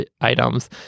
items